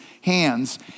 hands